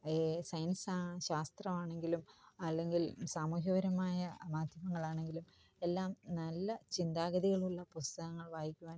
സയൻസാ ശാസ്ത്രമാണെങ്കിലും അല്ലെങ്കിൽ സാമൂഹ്യപരമായ മാറ്റങ്ങളാണെങ്കിലും എല്ലാം നല്ല ചിന്താഗതികളുള്ള പുസ്തകങ്ങൾ വായിക്കുവാൻ